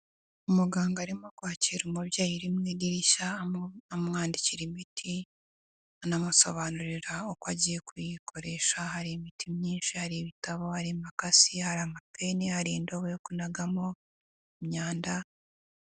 Umuganga arimo kwakira umubyeyi mu idirishya amwandikira imiti; anamusobanurira uko agiye kuyikoresha hari: imiti myinshi, hari ibitabo, hari imakasi, hari amapeni, hari indobo yo kunagamo imyanda.